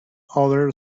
outer